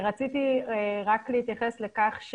רציתי רק להתייחס לכך,